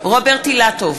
רוברט אילטוב,